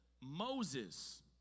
Moses